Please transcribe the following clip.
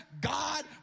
God